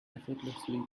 effortlessly